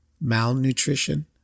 malnutrition